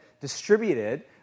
distributed